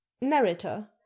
narrator